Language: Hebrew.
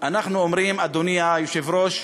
אנחנו אומרים, אדוני היושב-ראש,